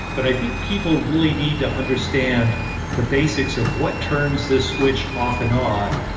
but i think people really need to understand the basics of what turns this switch off and on,